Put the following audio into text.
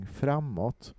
framåt